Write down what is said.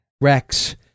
Rex